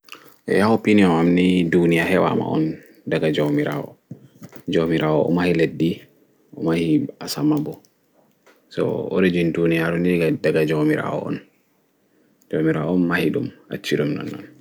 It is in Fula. Eeh ha opinion am ni ɗuniya heɓama on ɗaga jaumiraawo jaumiraawo o mahi leɗɗi o mahi asama ɓo